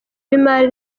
w’imari